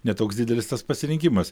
ne toks didelis tas pasirinkimas